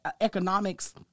economics